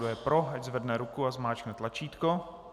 Kdo je pro, ať zvedne ruku a zmáčkne tlačítko.